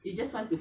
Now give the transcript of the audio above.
you just want to